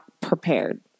prepared